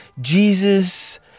Jesus